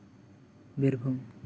Birbhum